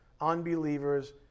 unbelievers